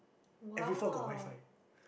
!wow!